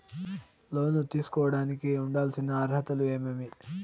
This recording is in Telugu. లోను తీసుకోడానికి ఉండాల్సిన అర్హతలు ఏమేమి?